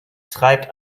treibt